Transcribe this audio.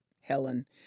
Helen